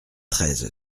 treize